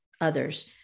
others